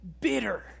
bitter